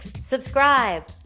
subscribe